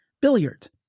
billiards